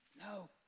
No